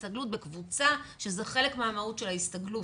אלא הסתגלות בקבוצה שזה חלק מהמהות של ההסתגלות.